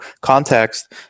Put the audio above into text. context